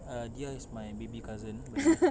err diah is my baby cousin by the way